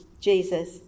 Jesus